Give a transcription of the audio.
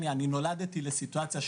התקציבית,